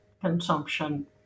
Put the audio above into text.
consumption